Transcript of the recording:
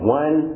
one